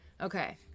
Okay